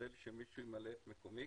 אשתדל שמישהו ימלא את מקומי,